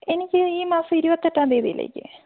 എനിക്ക് ഈ മാസം ഇരുപത്തിയെട്ടാം തീയതിയിലേക്ക്